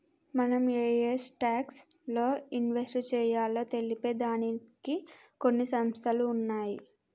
మనం ఏయే స్టాక్స్ లో ఇన్వెస్ట్ చెయ్యాలో తెలిపే దానికి కొన్ని సంస్థలు ఉన్నయ్యి